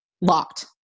locked